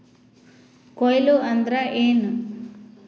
ಕೊಯ್ಲು ಅಂದ್ರ ಏನ್?